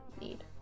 need